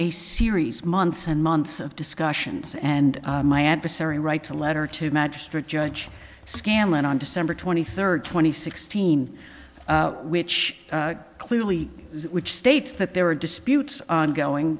a series months and months of discussions and my adversary writes a letter to magistrate judge scanlon on december twenty third twenty sixteen which clearly which states that there are disputes ongoing